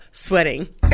Sweating